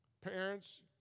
parents